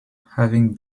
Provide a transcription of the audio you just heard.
having